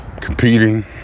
Competing